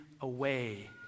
away